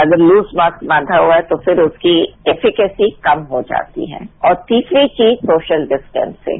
अगर loose mask बांधा हुआ है तो फिर उसकी कैपिसिटी कम हो जाती है और तीसरी चीज सोशल डिस्टेंसिंग